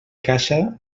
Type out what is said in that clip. caixa